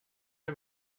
der